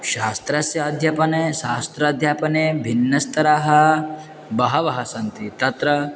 शास्त्रस्य अध्यापने शास्त्राध्यापने भिन्नस्तराः बहवः सन्ति तत्र